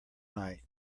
night